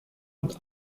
und